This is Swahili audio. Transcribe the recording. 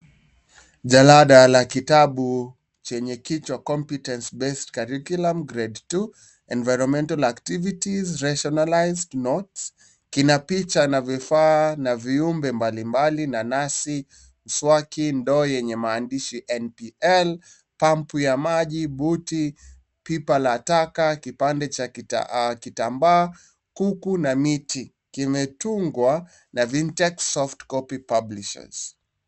Jalada la kitabu chenye kichwa competence based curriculum grade two environmental activities rationalized notes kina picha na vifaa na viumbe mbalimbali. nanasi, mswaki, ndoo yenye maandishi NPL , pampu ya maji, buti, pipa la taka, kipande cha kitambaa, kuku na miti. Kimetungwa na Vyntex soft copy publishers .